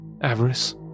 Avarice